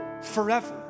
forever